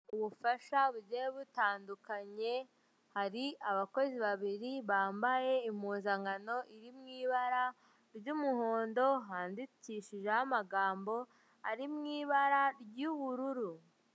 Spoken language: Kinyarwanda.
Ubufasha bugiye butandukanye, hari abakozi babiri bambaye impuzankano iri mu ibara ry'umuhondo, handikishijeho amagambo ari mu ibara ry'ubururu.